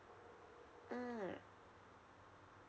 mm